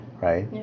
right